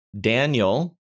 Daniel